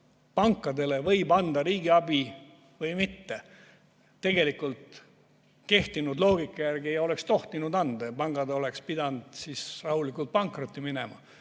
pankadele võib anda riigiabi või mitte? Tegelikult kehtinud loogika järgi ei oleks tohtinud anda ja pangad oleks pidanud rahulikult pankrotti minema.